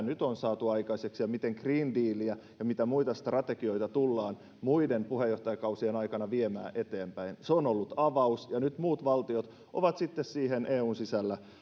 nyt on saatu aikaiseksi ja miten green dealia ja muita strategioita tullaan muiden puheenjohtajakausien aikana viemään eteenpäin se on ollut avaus ja nyt muut valtiot ovat siihen eun sisällä